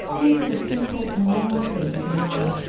these are the simple, normal things you know.